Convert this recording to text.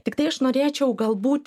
tiktai aš norėčiau galbūt